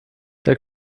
der